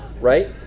right